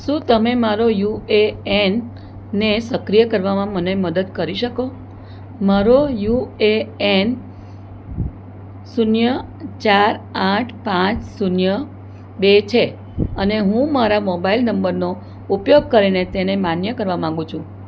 શું તમે મારો યુ એ એન ને સક્રિય કરવામાં મને મદદ કરી શકો મારો યુ એ એન શૂન્ય ચાર આઠ પાંચ શૂન્ય બે છે અને હું મારા મોબાઇલ નંબરનો ઉપયોગ કરીને તેને માન્ય કરવા માગું છું